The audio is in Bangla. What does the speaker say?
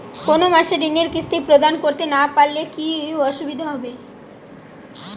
কোনো মাসে ঋণের কিস্তি প্রদান করতে না পারলে কি অসুবিধা হবে?